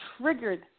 triggered